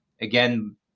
again